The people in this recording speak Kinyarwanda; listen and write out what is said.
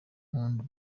mpundu